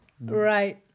Right